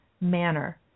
manner